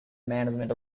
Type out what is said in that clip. management